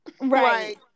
Right